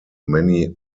many